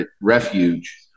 refuge